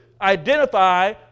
identify